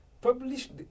published